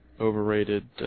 Overrated